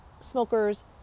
smokers